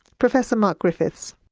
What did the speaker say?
professor mark griffiths.